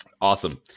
Awesome